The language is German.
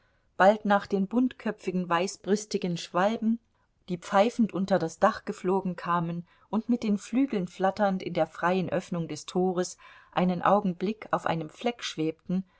bald nach den buntköpfigen weißbrüstigen schwalben die pfeifend unter das dach geflogen kamen und mit den flügeln flatternd in der freien öffnung des tores einen augenblick auf einem fleck schwebten